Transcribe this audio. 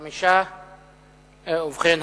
5. ובכן,